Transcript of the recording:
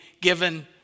given